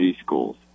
schools